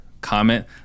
comment